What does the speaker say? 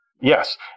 yes